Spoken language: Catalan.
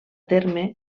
terme